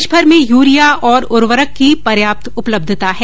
देशभर में यूरिया और उर्वरक की पर्याप्त उपलब्यता है